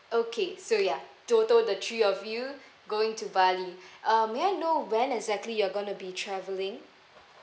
okay so ya total the three of you going to bali uh may I know when exactly you're going to be travelling